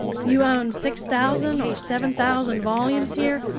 you own six thousand or seven thousand volumes here.